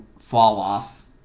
fall-offs